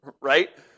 Right